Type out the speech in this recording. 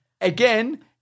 again